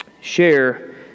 share